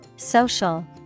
social